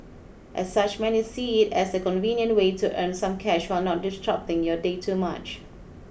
as such many see it as a convenient way to earn some cash while not disrupting your day too much